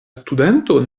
studento